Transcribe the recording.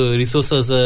resources